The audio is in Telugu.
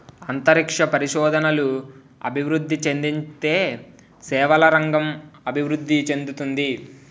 అంతరిక్ష పరిశోధనలు అభివృద్ధి చెందితే సేవల రంగం అభివృద్ధి చెందుతుంది